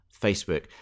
Facebook